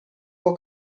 può